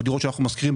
בדירות שאנחנו משכירים,